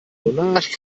monarch